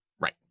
right